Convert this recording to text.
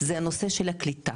זה הנושא של הקליטה,